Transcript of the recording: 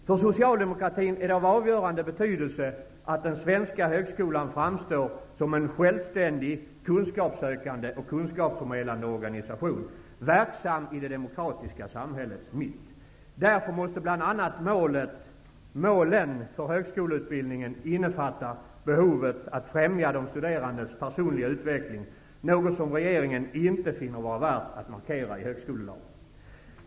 För socialdemokratin är det av avgörande betydelse att den svenska högskolan framstår som en självständig, kunskapssökande och kunskapsförmedlande organisation, verksam i det demokratiska samhällets mitt. Därför måste bl.a. målen för högskoleutbildningen innefatta behovet att främja de studerandes personliga utveckling, något som regeringen inte finner vara värt att markera i högskolelagen.